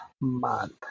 month